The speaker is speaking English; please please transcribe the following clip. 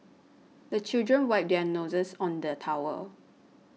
the children wipe their noses on the towel